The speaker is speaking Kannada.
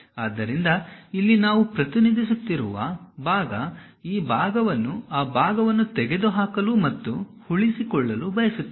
ಆದ್ದರಿಂದ ಇಲ್ಲಿ ನಾವು ಪ್ರತಿನಿಧಿಸುತ್ತಿರುವ ಭಾಗ ಈ ಭಾಗವನ್ನು ಆ ಭಾಗವನ್ನು ತೆಗೆದುಹಾಕಲು ಮತ್ತು ಉಳಿಸಿಕೊಳ್ಳಲು ಬಯಸುತ್ತೇವೆ